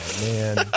man